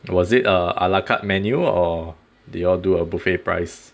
was it a la carte menu or do you all do a buffet price